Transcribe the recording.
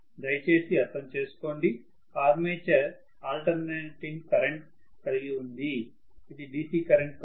దయచేసి అర్థం చేసుకోండి ఆర్మేచర్ ఆల్టర్నేటింగ్ కరెంట్ కలిగి ఉంది ఇది DC కరెంట్ కాదు